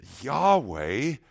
Yahweh